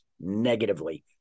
negatively